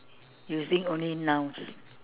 using only nouns